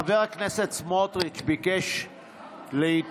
חבר הכנסת סמוטריץ' ביקש להתנגד.